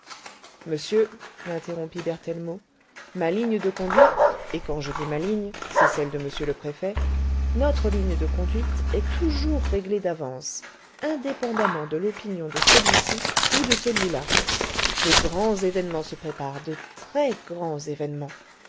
monsieur l'interrompit berthellemot ma ligne de conduite et quand je dis ma ligne c'est celle de m le préfet notre ligne de conduite est toujours réglée d'avance indépendamment de l'opinion de celui-ci ou de celui-là de grands événements se préparent de très grands événements